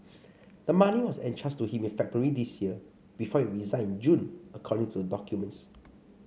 the money was entrusted to him in February this year before he resigned in June according to the documents